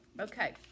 okay